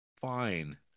fine